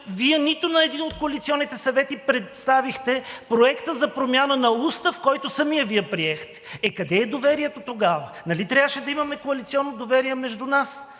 Вие на нито един от коалиционните съвети не представихте Проекта за промяна на устав, който самият Вие приехте. Е, къде е доверието тогава?! Нали трябваше да имаме коалиционно доверие между нас.